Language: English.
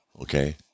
Okay